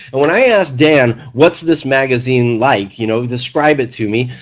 when i asked dan what's this magazine like, you know describe it to me,